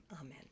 Amen